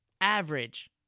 average